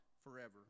forever